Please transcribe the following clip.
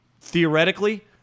theoretically